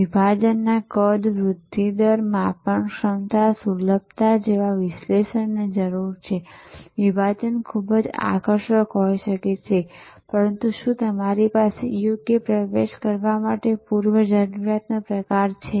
વિભાજનના કદ વૃદ્ધિ દર માપનક્ષમતા સુલભતા જેવા વિશ્લેષણની જરૂર છે વિભાજન ખૂબ આકર્ષક હોઈ શકે છે પરંતુ શું તમારી પાસે યોગ્ય પ્રવેશ કરવા માટે પૂર્વ જરૂરિયાતનો પ્રકાર છે